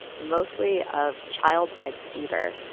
mostly of childbed fever,